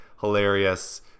hilarious